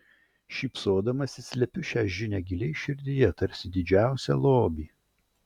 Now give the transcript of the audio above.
šypsodamasi slepiu šią žinią giliai širdyje tarsi didžiausią lobį